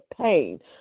pain